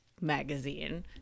magazine